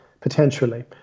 potentially